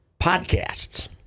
podcasts